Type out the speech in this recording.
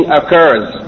occurs